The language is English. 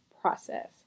process